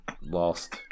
Lost